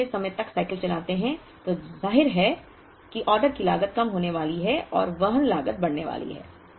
जब हम लंबे समय तक साइकिल चलाते हैं तो जाहिर है कि ऑर्डर की लागत कम होने वाली है और वहन लागत बढ़ने वाली है